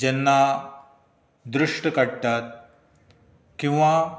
जेन्ना दृश्ट काडटात किंवां